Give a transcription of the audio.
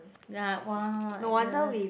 ya !wah! Agnes